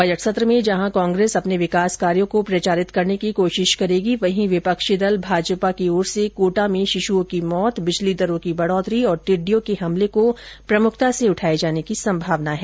budget सत्र में जहां कांग्रेस अपने विकास कार्यो को प्रचारित करने की कोशिश करेगी वहीं विपक्षी दल भाजपा द्वारा कोटा में शिशुओं की मौत बिजली दरों की बढोतरी और टिड्डियों के हमले को प्रमुखता से उठाये जाने की संभावना है